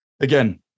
Again